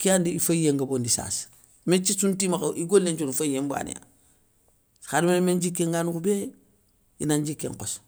Kéyandi iféyiyé nobondi sasa, méthiéssounti makha igolé nthiouna féyiyé mbana, khadama rémé ndjiké nga nokhoubé, ina ndjiké nkhosso.